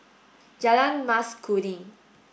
Jalan Mas Kuning